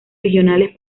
regionales